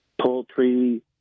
poultry